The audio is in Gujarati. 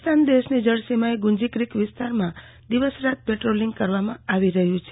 પાકિસ્તાન દેશની જળસીમાએ ગુંજી ક્રિક વિસ્તારમાં દિવસ રાત પેટ્રોલિંગ કરવામાં આવી રહ્યું છે